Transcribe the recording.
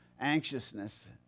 anxiousness